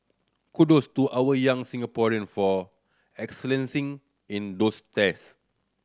kudos to our young Singaporean for excelling in those test